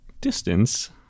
distance